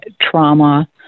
trauma